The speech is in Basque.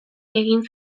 egin